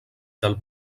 del